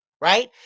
right